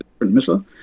missile